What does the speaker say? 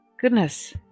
Goodness